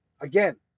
Again